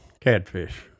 Catfish